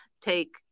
take